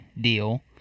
deal